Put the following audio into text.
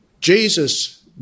Jesus